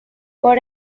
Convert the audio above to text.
por